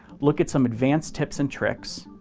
look at some advanced tips and tricks,